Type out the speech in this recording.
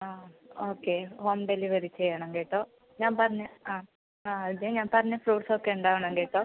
ആ okay home delivery ചെയ്യണം കേട്ടോ ഞാൻ പറഞ്ഞ ആ ആ അത് ഞാൻ പറഞ്ഞ ഫ്രൂട്ട്സ് ഒക്കെ ഉണ്ടാവണം കേട്ടോ